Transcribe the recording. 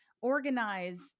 organize